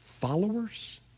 followers